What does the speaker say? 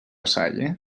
salle